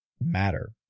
matter